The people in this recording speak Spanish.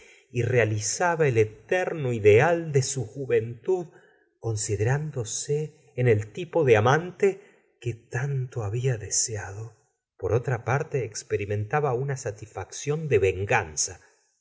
y realizaba el eterno ideal de la besora dr boyar su juventud considerándose eii el tipo de amante que tanto habla deseado por otra parte experimentaba una satisfacción de venganza